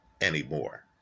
anymore